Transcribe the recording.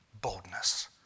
boldness